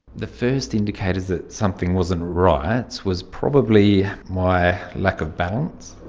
the first indicators that something wasn't right was probably my lack of balance,